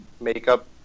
makeup